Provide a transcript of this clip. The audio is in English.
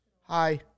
hi